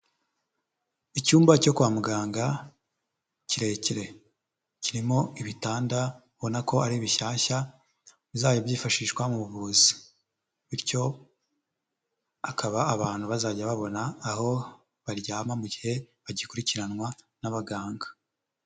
Icyumba cyo kwa muganga kirekire kirimo ibitanda ubona ko ari bishyashya bizajya byifashishwa mu buvuzi. Bityo akaba abantu bazajya babona aho baryama mu gihe bagikurikiranwa n'abaganga.